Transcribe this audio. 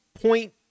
point